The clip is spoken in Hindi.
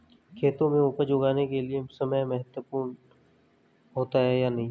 खेतों में उपज उगाने के लिये समय महत्वपूर्ण होता है या नहीं?